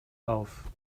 auf